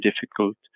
difficult